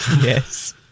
yes